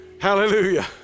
hallelujah